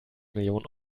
millionen